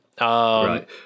Right